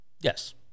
Yes